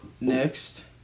next